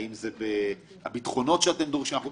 אם זה הביטחונות שאתם דורשים.